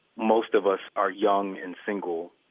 most of us are young and single.